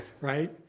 right